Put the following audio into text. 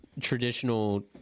traditional